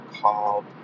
called